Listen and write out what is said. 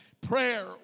Prayer